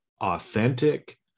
authentic